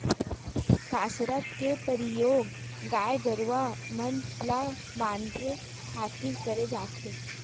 कांसरा के परियोग गाय गरूवा मन ल बांधे खातिर करे जाथे